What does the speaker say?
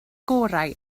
gorau